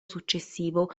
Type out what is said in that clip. successivo